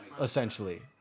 essentially